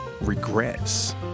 regrets